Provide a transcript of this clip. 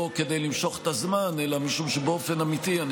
לא כדי למשוך את הזמן אלא משום שבאופן אמיתי אני